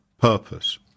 purpose